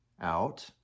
out